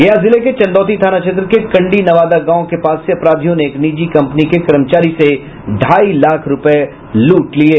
गया जिले कें चंदौती थाना क्षेत्र के कंडी नवादा गांव के पास से अपराधियों ने एक निजी कंपनी के कर्मचारी से ढाई लाख रुपये लूट लिये